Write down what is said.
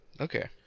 Okay